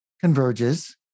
converges